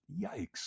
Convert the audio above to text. yikes